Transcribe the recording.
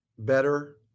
better